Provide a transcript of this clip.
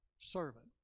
servant